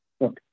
Okay